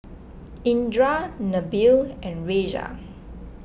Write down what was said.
Indra Nabil and Raisya